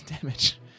damage